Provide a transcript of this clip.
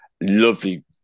lovely